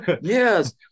Yes